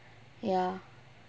ya